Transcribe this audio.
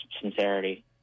sincerity